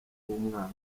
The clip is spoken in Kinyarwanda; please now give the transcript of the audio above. w’umwaka